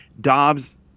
Dobbs